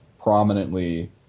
prominently